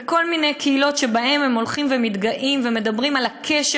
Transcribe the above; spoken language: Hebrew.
בכל מיני קהילות שבהן הם הולכים ומתגאים ומדברים על הקשר